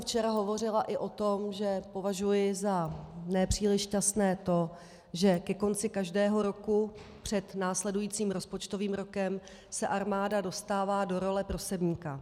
Včera jsem hovořila i o tom, že považuji za nepříliš šťastné to, že ke konci každého roku před následujícím rozpočtovým rokem se armáda dostává do role prosebníka.